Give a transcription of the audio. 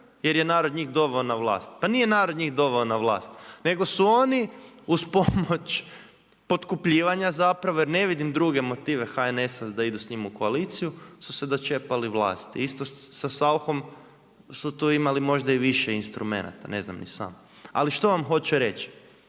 jer je narod njih doveo na vlast. Pa nije narod njih doveo na vlast nego su oni uz pomoć potkupljivanja zapravo jer ne vidim druge motive HNS-a da ide s njima u koaliciju su se dočepali vlasti. Isto sa Sauchom su tu imali možda i više instrumenata, ne znam ni sam. Ali što vam hoću reći,